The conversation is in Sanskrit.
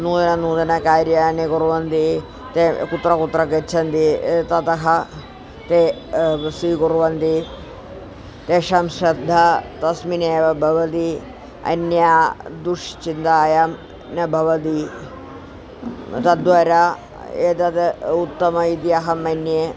नूतन नूतन कार्याणि कुर्वन्ति ते कुत्र कुत्र गच्छन्ति ततः ते स्वीकुर्वन्ति तेषां श्रद्धा तस्मिन्नेव भवति अन्यां दुश्चिन्तायां न भवति तद्वरा एतद् उत्तमम् इति अहं मन्ये